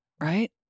Right